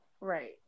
Right